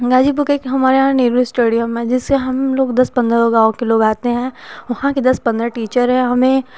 गाजीपुर के हमारे यहाँ एक नेहरू स्टेडियम है जिसमें हम लोग दस पंद्रह लोग गाँव के आते हैं वहाँ के दस पंद्रह टीचर हैं हमें